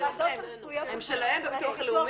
הן שלהם בביטוח הלאומי.